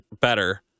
better